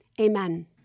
Amen